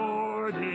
Lord